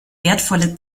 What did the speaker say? wertvolle